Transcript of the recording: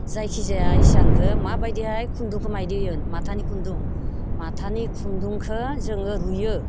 जायखिजाया हिसानखौ माबायदिहाय खुन्दुंखौ मायदि होयो माथानि खुन्दुं माथानि खुन्दुंखौ जोङो रुयो